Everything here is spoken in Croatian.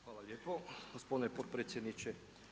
Hvala lijepo gospodine potpredsjedniče.